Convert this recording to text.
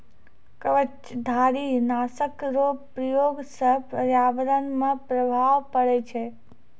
कवचधारी नाशक रो प्रयोग से प्रर्यावरण मे प्रभाव पड़ै छै